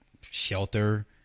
shelter